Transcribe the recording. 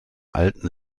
alten